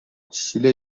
شیلا